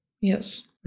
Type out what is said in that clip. Yes